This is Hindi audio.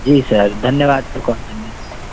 जी सर धन्यवाद सर कॉल करने के